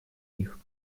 них